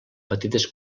petites